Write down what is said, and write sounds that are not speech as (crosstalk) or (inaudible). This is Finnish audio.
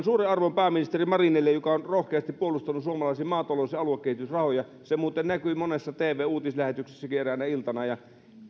(unintelligible) suuren arvon pääministeri marinille joka on rohkeasti puolustanut suomalaisia maatalous ja aluekehitysrahoja se muuten näkyi monessa tv uutislähetyksessäkin eräänä iltana ja